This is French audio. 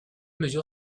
mesure